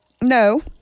No